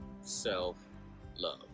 self-love